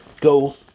go